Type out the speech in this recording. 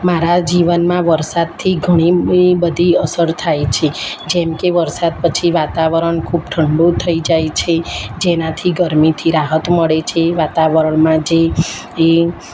મારા જીવનમાં વરસાદથી ઘણી બધી અસર થાય છે જેમકે વરસાદ પછી વાતાવરણ ખૂબ ઠંડુ થઈ જાય છે જેનાથી ગરમીથી રાહત મળે છે એ વાતાવરણમાં જે એ